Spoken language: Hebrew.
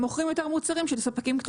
מוכרים יותר מוצרים של ספקים קטנים ובינוניים.